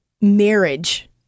marriage